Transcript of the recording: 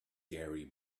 gary